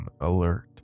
alert